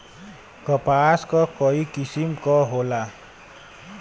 कपास क कई किसिम क होला